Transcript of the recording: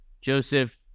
Joseph